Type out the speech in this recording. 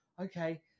okay